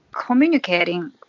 communicating